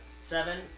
Seven